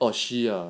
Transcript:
oh she ah